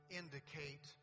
indicate